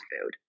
food